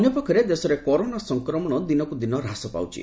ଅନ୍ୟ ପକ୍ଷରେ ଦେଶରେ କରୋନା ସଂକ୍ରମଣ ଦିନକୁ ଦିନ ହ୍ରାସ ପାଉଛି